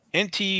NT